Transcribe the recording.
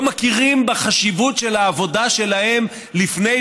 לא מכירים בחשיבות של העבודה שלהם לפני